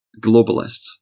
globalists